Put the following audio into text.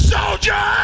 Soldier